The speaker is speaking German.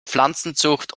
pflanzenzucht